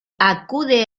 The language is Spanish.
acude